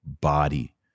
body